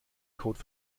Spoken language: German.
code